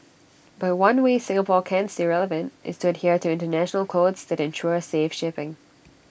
but one way Singapore can stay relevant is to adhere to International codes that ensure safe shipping